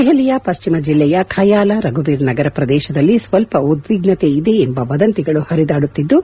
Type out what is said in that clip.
ದೆಹಲಿಯ ಪಶ್ಚಿಮ ಜಿಲ್ಲೆಯ ಖಯಾಲಾ ರಘುಬಿರ್ ನಗರ ಪ್ರದೇಶದಲ್ಲಿ ಸ್ಪಲ್ವ ಉದ್ವಿಗ್ನತೆ ಇದೆ ಎಂಬ ವದಂತಿಗಳು ಹರಿದಾಡುತ್ತಿದ್ದು